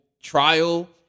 trial